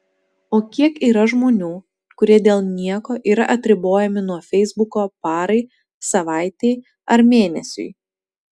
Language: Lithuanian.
o kiek yra žmonių kurie dėl nieko yra atribojami nuo feisbuko parai savaitei ar mėnesiui